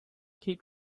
keep